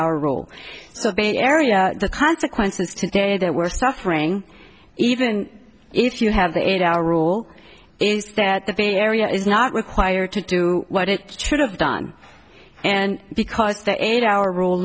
hour rule so bay area the consequences to say that we're suffering even if you have the eight hour rule is that the bay area is not required to do what it should have done and because the eight hour rule